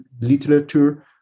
literature